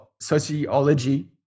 sociology